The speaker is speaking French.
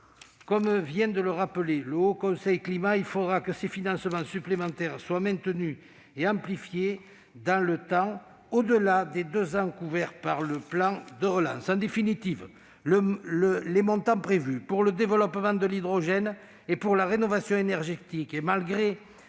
Comme vient de le rappeler le Haut Conseil pour le climat, il faudra que ces financements supplémentaires soient maintenus et amplifiés dans le temps, au-delà des deux ans couverts par le plan de relance. Les montants prévus pour le développement de l'hydrogène et pour la rénovation énergétique,